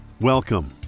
Welcome